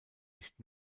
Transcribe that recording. nicht